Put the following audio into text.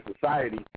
society